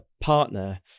partner